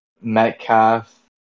Metcalf